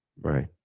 right